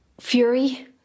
fury